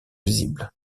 visibles